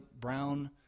brown